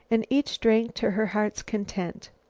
and each drank to her heart's content.